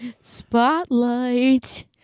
spotlight